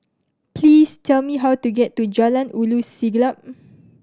please tell me how to get to Jalan Ulu Siglap